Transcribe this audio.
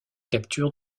capture